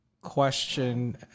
question